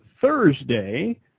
Thursday